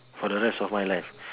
for the rest of my life